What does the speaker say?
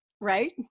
Right